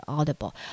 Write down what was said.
Audible